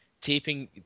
taping